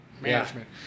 management